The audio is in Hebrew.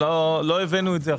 בבקשה.